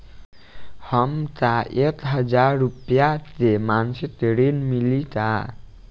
हमका एक हज़ार रूपया के मासिक ऋण मिली का?